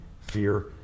fear